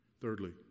Thirdly